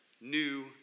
new